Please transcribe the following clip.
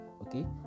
okay